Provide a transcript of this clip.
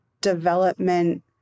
development